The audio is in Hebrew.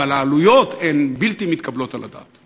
אבל העלויות הן בלתי מתקבלות על הדעת.